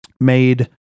made